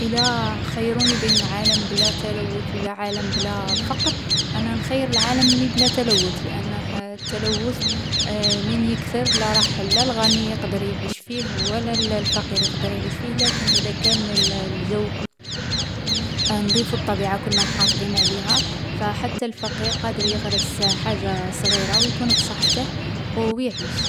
﻿إذا خيروني بين عالم بلا تلوث ولا عالم بلا فقر، أنا نخير العالم لي بلا تلوث. لأنه التلوث مين يكثر لا راح لا الغني يقدر يعيش فيه ولا الفقير يقدر يعيش فيه، لكن إذا كان الجو نظيف الطبيعة كنا محافظين عليها، فحتى الفقير قادر يغرس حاجة صغيرة ويكون بصحته ويعيش.